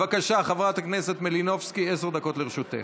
בבקשה, חברת הכנסת מלינובסקי, עשר דקות לרשותך.